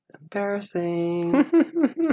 Embarrassing